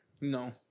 no